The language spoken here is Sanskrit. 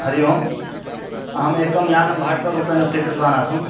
हरिः ओम् अहम् एकं यानं भाटकरूपेण स्वीकृतवान् आसम्